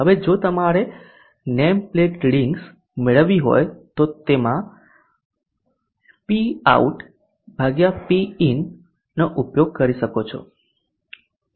હવે જો તમારે નેમ પ્લેટ રીડિંગ્સ મેળવવી હોય તો તમે PoutPin નો ઉપયોગ કરી શકો છો